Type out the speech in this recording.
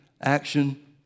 action